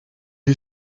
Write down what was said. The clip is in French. est